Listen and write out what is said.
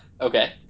Okay